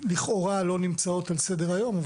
לכאורה לא נמצאות על סדר היום,